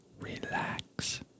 relax